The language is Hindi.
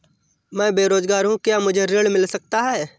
मैं बेरोजगार हूँ क्या मुझे ऋण मिल सकता है?